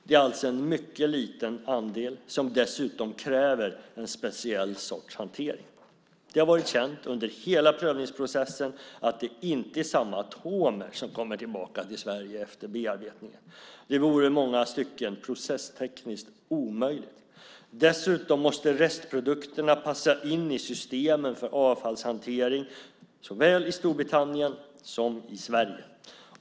Det är alltså en mycket liten andel som dessutom kräver en speciell sorts hantering. Det har varit känt under hela prövningsprocessen att det inte är samma atomer som kommer tillbaka till Sverige efter bearbetningen. Det vore i många stycken processtekniskt omöjligt. Dessutom måste restprodukterna passa in i systemen för avfallshantering såväl i Storbritannien som i Sverige.